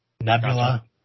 Nebula